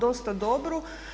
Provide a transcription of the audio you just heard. dosta dobru.